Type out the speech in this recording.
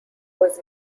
was